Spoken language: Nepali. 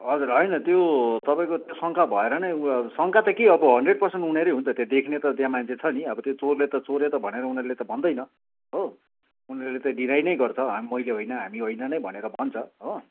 हजुर होइन त्यो तपाईँको शङ्का भएर नै शङ्का त के अब हन्ड्रेड पर्सेन्ट उनीहरू हो नि त देख्ने त त्यहाँ मान्छे छ नि अब त्यो चोरले त चोरेँ त भनेर उनीहरूले भन्दैन हो उनीहरूले त डिनाई नै गर्छ मैले होइन हामील होइन नै भनेर भन्छ हो